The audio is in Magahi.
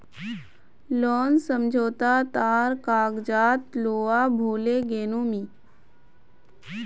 लोन समझोता तार कागजात लूवा भूल ले गेनु मि